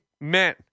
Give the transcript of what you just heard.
men